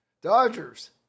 Dodgers